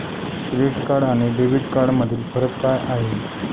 Credit card आणि debit कार्डमधील फरक काय आहे?